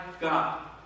God